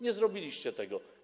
Nie zrobiliście tego.